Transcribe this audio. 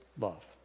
love